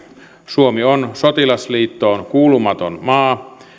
suomi on sotilasliittoon kuulumaton maa